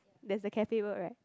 there's a cafe word right